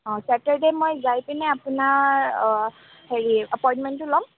অঁ ছেটাৰডে মই যায় পিনাই আপোনাৰ হেৰি এপইণ্টমেণ্টটো ল'ম